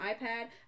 iPad